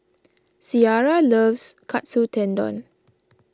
Ciara loves Katsu Tendon